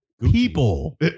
People